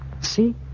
See